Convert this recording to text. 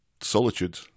solitude